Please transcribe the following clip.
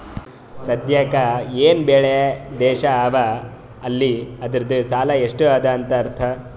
ಸದ್ಯಾಕ್ ಎನ್ ಬೇಳ್ಯವ್ ದೇಶ್ ಅವಾ ಅಲ್ಲ ಅದೂರ್ದು ಸಾಲಾ ಎಷ್ಟ ಅದಾ ಅಂತ್ ಅರ್ಥಾ